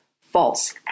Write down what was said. False